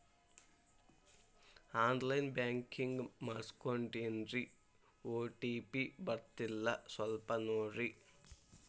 on line banking ಮಾಡಿಸ್ಕೊಂಡೇನ್ರಿ OTP ಬರ್ತಾಯಿಲ್ಲ ಸ್ವಲ್ಪ ನೋಡ್ರಿ